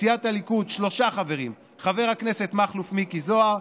מסיעת הליכוד שלושה חברים: חבר הכנסת מכלוף מיקי זוהר,